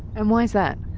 and why is that?